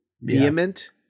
vehement